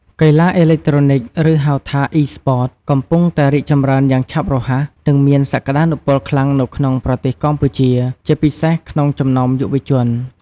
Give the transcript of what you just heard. កីឡាអេឡិចត្រូនិក ឬហៅថា Esports កំពុងតែរីកចម្រើនយ៉ាងឆាប់រហ័ស និងមានសក្ដានុពលខ្លាំងនៅក្នុងប្រទេសកម្ពុជា ជាពិសេសក្នុងចំណោមយុវជន។